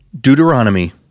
Deuteronomy